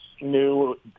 new